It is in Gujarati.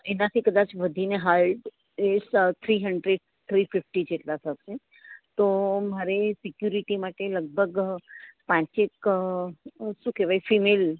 એનાથી કદાચ વધીને હાર્ડ સોથી હંડરેડ થ્રી ફિફ્ટી જેટલાં થશે તો મારે સિકયુરિટી માટે લગભગ પાંચ એક શું કેહવાય ફિમેલ